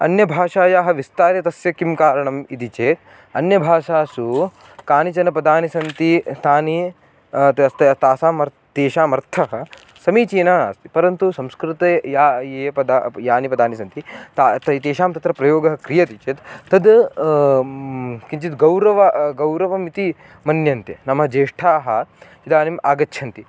अन्यभाषायाः विस्तारे तस्य किं कारणम् इति चेत् अन्यभाषासु कानिचन पदानि सन्ति तानि तासाम् तेषामर्थः समीचीनः अस्ति परन्तु संस्कृते या ये पदा यानि पदानि सन्ति तेषां तत्र प्रयोगः क्रियते चेत् तद् किञ्चित् गौरवं गौरवम् इति मन्यन्ते नाम ज्येष्ठाः इदानीम् आगच्छन्ति